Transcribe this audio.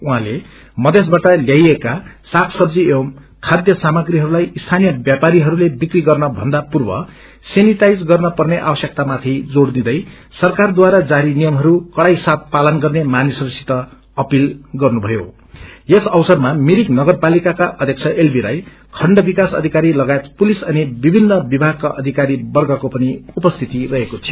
उहाँले मधेसवाट ल्याईएका सागसबजी एवं खाध्य सामग्रीहरूलाई स्थानीय व्यापारीहयले विक्री गर्नभन्दा पूर्व सेनिटाईज गर्न पर्ने आवश्यकता माथि जोड़ दिँदै सरकारद्वारा जारी नियमहरू कड़ाई साथ पालन गर्ने मानिसहरूसित अपील पनि गुर्न भयो यस अवसरमा मिरिक नगरपालिका का अध्यक्ष एलबी राई खण्ड विकास अधिकरी लागायत पुलिस अनि विभिन्न विभागका अधिकारीवग्रको पनि उपस्थिति रहेको थियो